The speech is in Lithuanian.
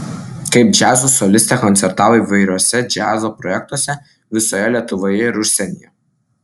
kaip džiazo solistė koncertavo įvairiuose džiazo projektuose visoje lietuvoje ir užsienyje